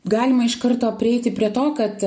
galima iš karto prieiti prie to kad